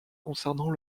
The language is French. concernant